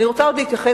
אני רוצה להתייחס,